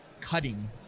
cutting